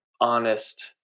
honest